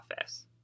office